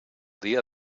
dia